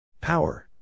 Power